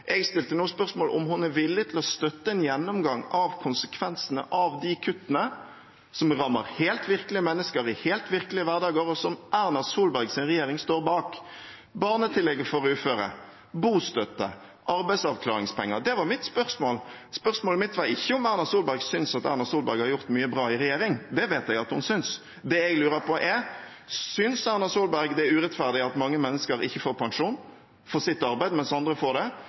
Jeg stilte nå spørsmålet om hun er villig til å støtte en gjennomgang av konsekvensene av de kuttene, som rammer helt virkelige mennesker i helt virkelige hverdager, og som Erna Solbergs regjering står bak – barnetillegget for uføre, bostøtte, arbeidsavklaringspenger. Det var mitt spørsmål. Spørsmålet mitt var ikke om Erna Solberg synes at Erna Solberg har gjort mye bra i regjering. Det vet jeg at hun synes. Det jeg lurer på, er: Synes Erna Solberg det er urettferdig at mange mennesker ikke får pensjon for sitt arbeid, mens andre får det?